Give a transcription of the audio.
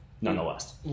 nonetheless